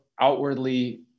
outwardly